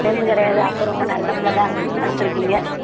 cell கிடையாது அப்போது ரொம்ப நல்ல பிள்ள தான் வளத்திருக்கீங்க